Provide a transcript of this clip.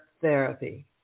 therapy